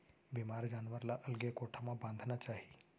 बेमार जानवर ल अलगे कोठा म बांधना चाही